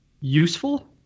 useful